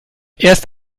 erst